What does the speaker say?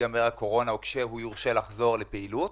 כשתיגמר הקורונה או כשאני יורשה לחזור לפעילות,